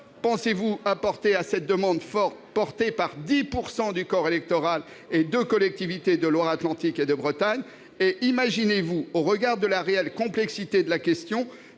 pensez-vous donner à cette demande forte portée par 10 % du corps électoral et les deux collectivités de Loire-Atlantique et de Bretagne ? Imaginez-vous, au regard de la réelle complexité de la question,